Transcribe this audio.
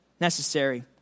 necessary